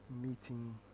meeting